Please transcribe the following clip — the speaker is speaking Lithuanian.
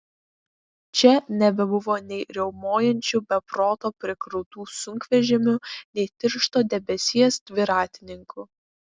čia nebebuvo nei riaumojančių be proto prikrautų sunkvežimių nei tiršto debesies dviratininkų